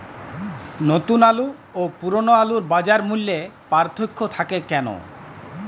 নতুন আলু ও পুরনো আলুর বাজার মূল্যে পার্থক্য থাকে কেন?